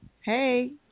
Hey